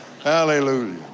Hallelujah